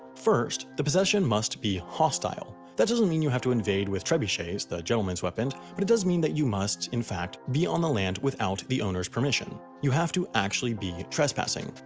first, the possession must be hostile. that doesn't mean you have to invade with trebuchets, the gentleman's weapon, but it does mean that you must, in fact, be on the land without the owner's permission you have to actually be trespassing.